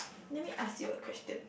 let me ask you a question